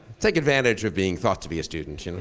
take advantage of being thought to be a student, you know